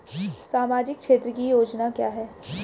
सामाजिक क्षेत्र की योजना क्या है?